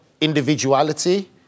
individuality